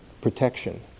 protection